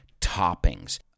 toppings